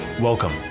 Welcome